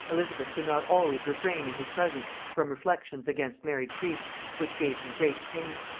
elizabeth could not always refrain in his presence from reflections against married priests, which gave him great pain.